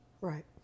Right